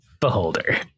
beholder